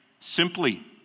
simply